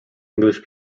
english